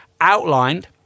outlined